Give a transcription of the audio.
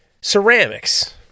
ceramics